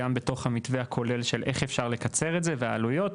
גם בתוך המתווה הכולל של איך אפשר לקצר את זה והעלויות,